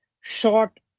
short